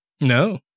No